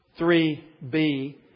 3b